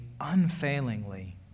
unfailingly